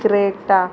Creta